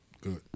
Good